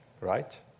right